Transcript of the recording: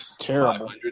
Terrible